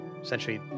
essentially